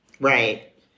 Right